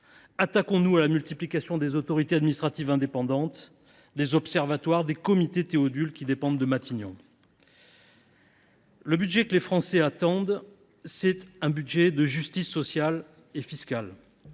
Attaquons nous à la prolifération des autorités administratives indépendantes, des observatoires et autres comités Théodule dépendant de Matignon. Les Français attendent un budget de justice sociale et fiscale